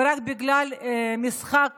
ורק בגלל משחק